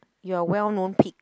you are well-known pig